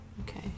Okay